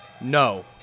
No